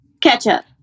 ketchup